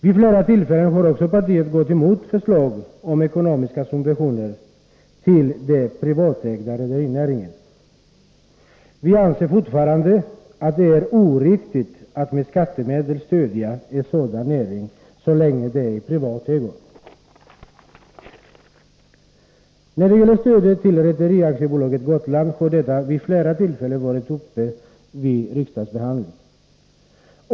Vid flera tillfällen har också partiet gått emot förslag om ekonomiska subventioner till den privatägda rederinäringen. Vi anser fortfarande att det är oriktigt att med skattemedel stödja en sådan näring så länge den är i privat ägo. Frågan om stöd till Rederiaktiebolaget Gotland har vid flera tillfällen varit uppe till riksdagsbehandling.